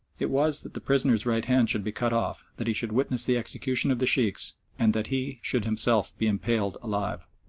it was that the prisoner's right hand should be cut off, that he should witness the execution of the sheikhs, and that he should himself be impaled alive.